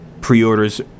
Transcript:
pre-orders